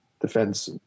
defense